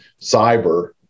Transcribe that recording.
cyber